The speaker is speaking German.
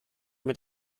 mit